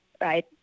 right